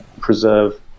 preserve